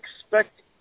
expect